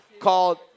called